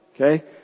Okay